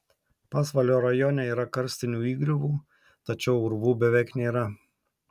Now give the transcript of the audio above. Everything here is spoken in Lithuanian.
pasvalio rajone yra karstinių įgriuvų tačiau urvų beveik nėra